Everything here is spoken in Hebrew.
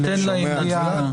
תיתן להם למליאה.